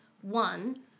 One